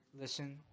Listen